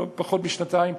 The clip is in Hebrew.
פחות משנתיים,